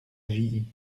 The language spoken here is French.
vie